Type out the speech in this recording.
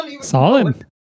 Solid